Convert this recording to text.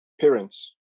parents